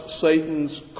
Satan's